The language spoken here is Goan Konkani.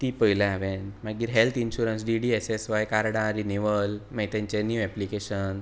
ती पयल्या हांवें मागीर हेल्थ इन्शूरन्स डिडीएसएसवाय कार्डा रिनिवल मागीर तेंचे न्यू एप्लिकेशन